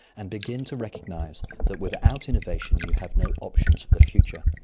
and begin to recognize that without innovation you have no options for the future,